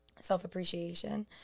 self-appreciation